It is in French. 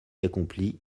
accomplie